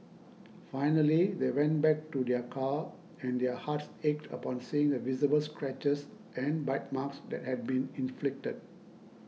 finally they went back to their car and their hearts ached upon seeing the visible scratches and bite marks that had been inflicted